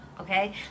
okay